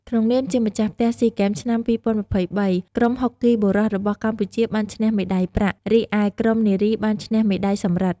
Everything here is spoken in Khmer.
ក្នុងនាមជាម្ចាស់ផ្ទះស៊ីហ្គេម ឆ្នាំ២០២៣ ក្រុមហុកគីបុរសរបស់កម្ពុជាបានឈ្នះ មេដាយប្រាក់ រីឯក្រុមនារីបានឈ្នះ មេដាយសំរឹទ្ធ។